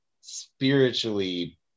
spiritually